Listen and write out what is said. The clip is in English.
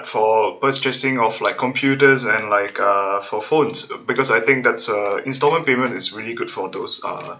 for purchasing of like computers and like uh for phones because I think that's uh installment payment is really good for those uh